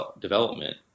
development